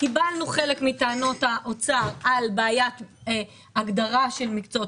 קיבלנו חלק מטענות האוצר על בעיית הגדרה של מקצועות